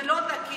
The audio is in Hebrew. זה לא תקין.